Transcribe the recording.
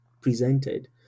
presented